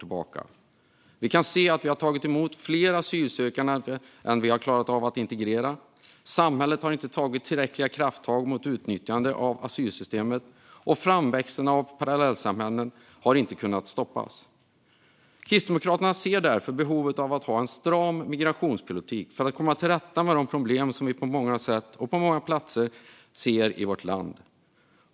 Vi kan se att Sverige har tagit emot fler asylsökande än vad vi har klarat av att integrera, att samhället inte har tagit tillräckliga krafttag mot utnyttjandet av asylsystemet och att framväxten av parallellsamhällen inte har kunnat stoppas. Kristdemokraterna ser därför ett behov av att ha en stram migrationspolitik för att komma till rätta med de problem som vi på många sätt och många platser ser i vårt land.